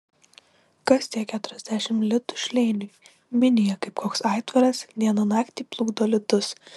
kas tie keturiasdešimt litų šleiniui minija kaip koks aitvaras dieną naktį plukdo litus